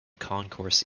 concourse